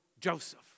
Joseph